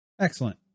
Excellent